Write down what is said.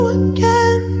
again